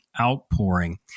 outpouring